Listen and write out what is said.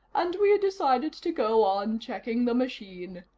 and we decided to go on checking the machine.